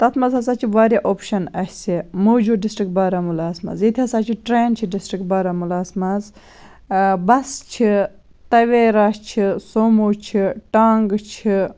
تَتھ منٛز ہَسا چھِ واریاہ اوٚپشَن اَسہِ موٗجوٗد ڈِسٹرک بارامُلہَس مَنٛز ییٚتہِ ہَسا چھِ ٹرٛین چھِ ڈِسٹِرٛک بارہمُلہَس مَنٛز بَس چھِ تَویرا چھِ سومو چھِ ٹانٛگہٕ چھِ